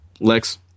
Lex